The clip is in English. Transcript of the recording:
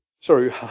sorry